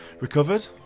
recovered